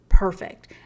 perfect